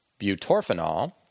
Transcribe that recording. Butorphanol